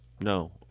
No